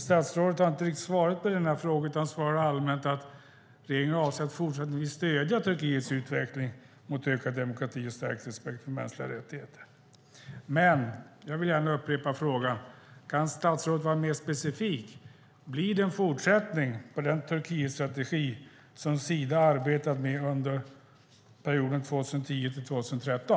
Statsrådet svarar inte riktigt på frågan utan svarar allmänt att regeringen avser att fortsättningsvis stödja Turkiets utveckling mot ökad demokrati och stärkt respekt för mänskliga rättigheter. Jag vill gärna upprepa frågan: Kan statsrådet vara mer specifik? Blir det en fortsättning på den Turkietstrategi som Sida arbetat med under perioden 2010-2013?